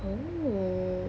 oh